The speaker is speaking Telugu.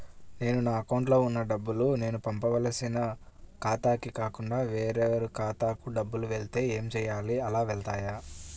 నేను నా అకౌంట్లో వున్న డబ్బులు నేను పంపవలసిన ఖాతాకి కాకుండా వేరే ఖాతాకు డబ్బులు వెళ్తే ఏంచేయాలి? అలా వెళ్తాయా?